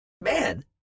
man